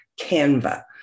Canva